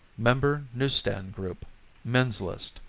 member newsstand group men's list.